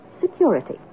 security